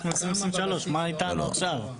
אנחנו 2023. מה איתנו עכשיו?